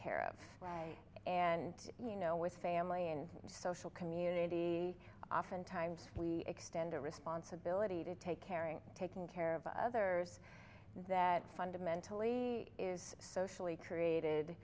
care of right and you know with family and social community oftentimes we extend a responsibility to take caring taking care of others that fundamentally is socially created